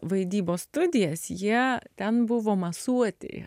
vaidybos studijas jie ten buvo masuotėje